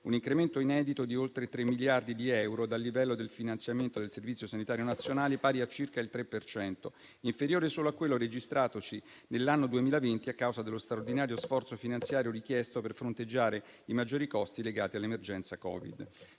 un incremento inedito di oltre 3 miliardi di euro dal livello del finanziamento del Servizio sanitario nazionale pari a circa il 3 per cento, inferiore solo a quello registratosi nell'anno 2020 a causa dello straordinario sforzo finanziario richiesto per fronteggiare i maggiori costi legati all'emergenza Covid.